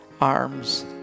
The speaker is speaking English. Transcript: arms